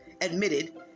admitted